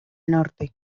norte